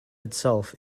itself